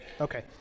Okay